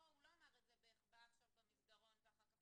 הוא לא אמר את זה בהיחבא במסדרון ואחר כך הוא יעשה מה שהוא רוצה.